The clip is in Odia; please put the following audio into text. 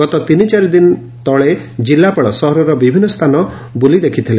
ଗତ ତିନି ଚାରି ଦିନ ତଳେ ଜିଲ୍ବାପାଳ ସହରର ବିଭିନ୍ନ ସ୍ଥାନ ବୁଲି ଦେଖିଥିଲେ